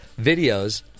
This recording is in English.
videos